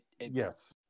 Yes